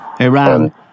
Iran